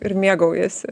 ir mėgaujasi